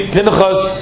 Pinchas